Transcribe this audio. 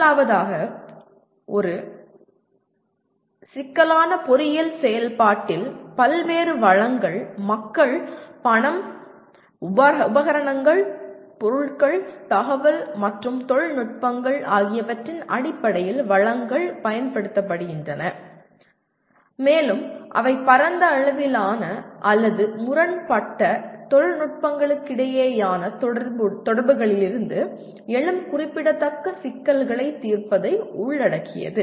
முதலாவதாக ஒரு சிக்கலான பொறியியல் செயல்பாட்டில் பல்வேறு வளங்கள் மக்கள் பணம் உபகரணங்கள் பொருட்கள் தகவல் மற்றும் தொழில்நுட்பங்கள் ஆகியவற்றின் அடிப்படையில் வளங்கள் பயன்படுத்தப்படுகின்றன மேலும் அவை பரந்த அளவிலான அல்லது முரண்பட்ட தொழில்நுட்பங்களுக்கிடையேயான தொடர்புகளிலிருந்து எழும் குறிப்பிடத்தக்க சிக்கல்களைத் தீர்ப்பதை உள்ளடக்கியது